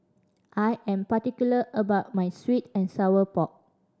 I am particular about my sweet and sour pork